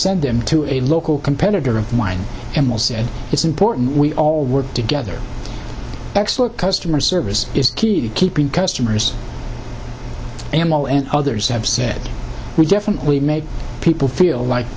send them to a local competitor of mine and will say it's important we all work together excellent customer service is key to keeping customers and will and others have said we definitely make people feel like